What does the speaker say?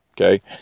Okay